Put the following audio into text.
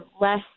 less